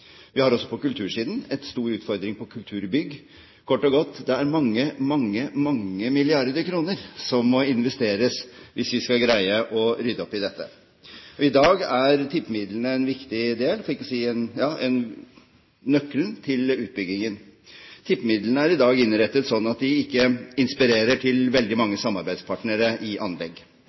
også på kultursiden, med en stor utfordring på kulturbygg. Kort og godt: Det er mange, mange milliarder kroner som må investeres hvis vi skal greie å rydde opp i dette. I dag er tippemidlene en viktig del, for ikke å si nøkkelen til utbyggingen. Tippemidlene er i dag innrettet slik at de ikke inspirerer til veldig mange samarbeidspartnere i anlegg.